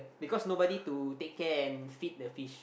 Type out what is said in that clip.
because nobody to take care and feed the fish